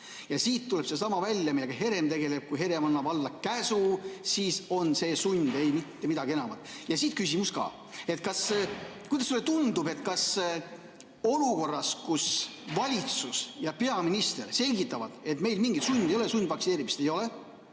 Ja siit tuleb seesama välja, millega Herem tegeleb – kui Herem annab alla käsu, siis on see sund, mitte midagi muud. Ja siit küsimus ka. Kuidas sulle tundub, kas olukorras, kus valitsus ja peaminister selgitavad, et meil mingit sundi ei ole, sundvaktsineerimist ei ole,